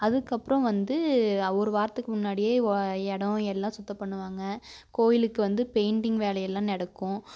அதுக்கப்புறோம் வந்து ஒரு வாரத்துக்கு முன்னாடியே ஒ இடோம் எல்லாம் சுத்தப் பண்ணுவாங்க கோயிலுக்கு வந்து பெயிண்டிங் வேலையெல்லாம் நடக்கும்